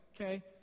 okay